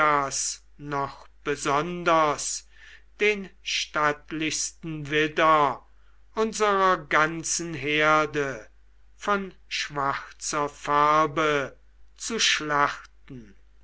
noch besonders den stattlichsten widder unserer ganzen herde von schwarzer farbe zu schlachten